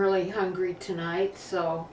really hungry tonight so